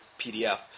PDF